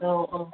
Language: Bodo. औ औ